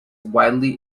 widely